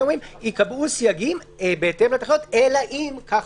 ייקבעו סייגים בהתאם לתקנות אלא אם וכו'.